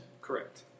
Correct